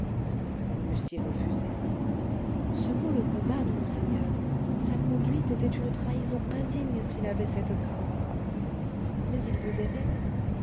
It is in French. vous l'eussiez refusé ce mot le condamne monseigneur sa conduite était une trahison indigne s'il avait cette crainte mais il vous aimait